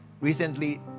Recently